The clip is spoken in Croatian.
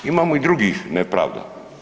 Imamo i drugih nepravdi.